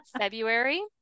February